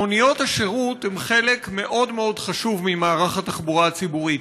מוניות השירות הן חלק מאוד מאוד חשוב ממערך התחבורה הציבורית,